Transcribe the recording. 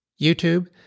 YouTube